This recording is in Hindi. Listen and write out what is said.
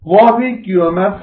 वह भी क्यूएमएफ है